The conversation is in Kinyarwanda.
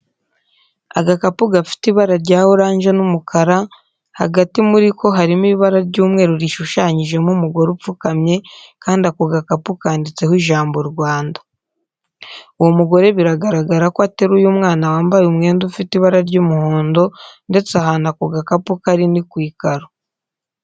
Agakapu gafite ibara rya oranje n'umukara, hagati muri ko harimo ibara ry'umweru rishushanyijemo umugore upfukamye kandi ako gakapu kanditseho ijambo Rwanda. Uwo mugore biragaragara ko ateruye umwana wambaye umwenda ufite ibara ry'umuhondo ndetse ahantu ako gakapu kari ni ku ikaro.